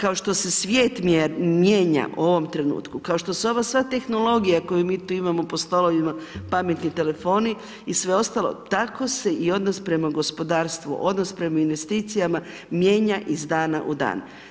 Kao što se svijet mijenja u ovom trenutku, kao što se ova sva tehnologija koju mi tu imamo po stolovima, pametni telefoni i sve ostalo, tako se i odnos prema gospodarstvu, odnos prema investicijama mijenja iz dana u dan.